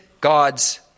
God's